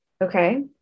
okay